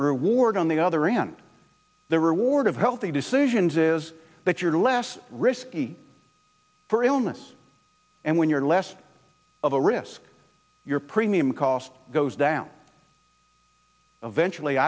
reward on the other end the reward of healthy decisions is that you're less risky for illness and when you're less of a risk your premium cost goes down eventually